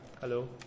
hello